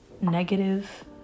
negative